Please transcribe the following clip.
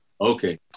Okay